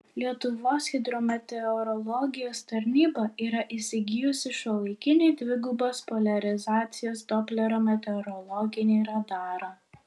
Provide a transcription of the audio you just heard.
lietuvos hidrometeorologijos tarnyba yra įsigijusi šiuolaikinį dvigubos poliarizacijos doplerio meteorologinį radarą